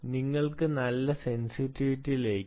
നിങ്ങൾക്ക് നല്ല സെന്സിറ്റിവിറ്റി ലഭിക്കും